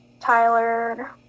Tyler